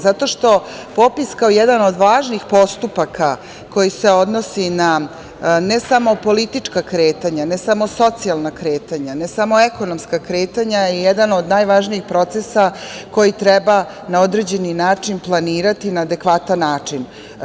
Zato što popis kao jedan od važnih postupaka koji se odnosi na ne samo politička kretanja, ne samo socijalna kretanja, ne samo ekonomska kretanja je jedan od najvažnijih procesa koji treba na određeni način planirati na adekvatan način.